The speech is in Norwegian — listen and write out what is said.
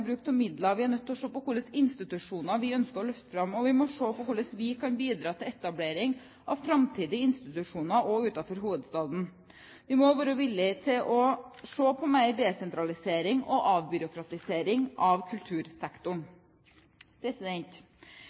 av midlene. Vi er nødt til å se på hva slags institusjoner vi ønsker å løfte fram, og vi må se på hvordan vi kan bidra til etablering av framtidige institusjoner også utenfor hovedstaden. Vi må være villige til å desentralisere og avbyråkratisere mer